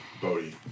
Bodie